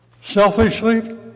selfishly